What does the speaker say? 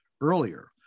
earlier